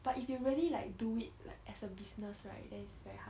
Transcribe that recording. but if you really like do it like as a business right then it's very hard